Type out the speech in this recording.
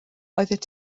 oeddet